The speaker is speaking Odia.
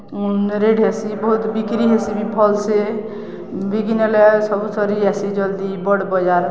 ରେଟ୍ ହେସି ବହୁତ୍ ବିକ୍ରି ହେସି ବି ଭଲ୍ସେ ବିକି ନେଲେ ସବୁ ସରି ଯାଇସି ଜଲ୍ଦି ବଡ଼୍ ବଜାର୍